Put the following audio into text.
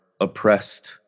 oppressed